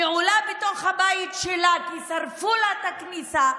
נעולה בתוך הבית שלה כי שרפו לה את הכניסה,